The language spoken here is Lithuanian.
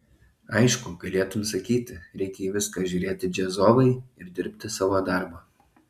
aišku galėtum sakyti reikia į viską žiūrėti džiazovai ir dirbti savo darbą